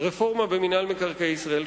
רפורמה במינהל מקרקעי ישראל,